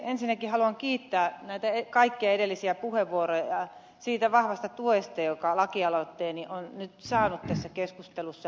ensinnäkin haluan kiittää näitä kaikkia edellisiä puheenvuoroja siitä vahvasta tuesta jonka laki aloitteeni on nyt saanut tässä keskustelussa